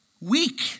weak